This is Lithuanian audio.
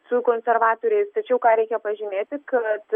su konservatoriais tačiau ką reikia pažymėti kad